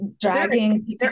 dragging